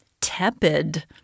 tepid